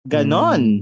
Ganon